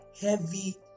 heavy